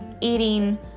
eating